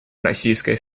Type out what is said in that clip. российская